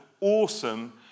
awesome